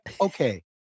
okay